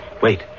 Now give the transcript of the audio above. wait